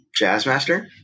Jazzmaster